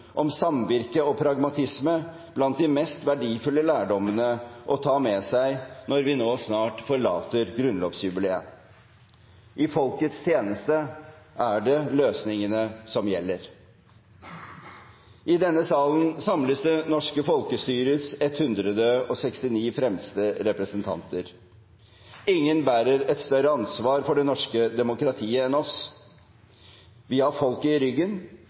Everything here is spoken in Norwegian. om samvirke og pragmatisme blant de mest verdifulle lærdommene å ta med seg når vi nå snart forlater grunnlovsjubileet. I folkets tjeneste er det løsningene som gjelder. I denne salen samles det norske folkestyrets 169 fremste representanter. Ingen bærer et større ansvar for det norske demokratiet enn oss. Vi har folket i ryggen.